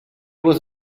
was